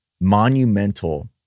monumental